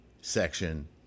section